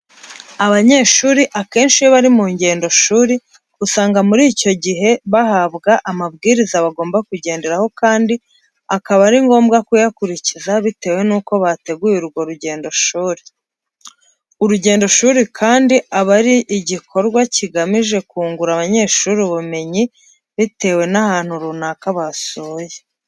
Abanyeshuri akenci iyo bari mu rujyendoshuri usanga muri icyo jyihe bahabwa amabwiriza bagomba kujyenderaho kandi akaba ari ngombwa kuyakuricyiza bitewe nuko bateguye urwo rujyendoshuri. Urujyendoshuri kandi aba ari ijyikorwa cyigamije kungura abanyeshuri ubumenyi bitewe n'ahantu runaka basuye .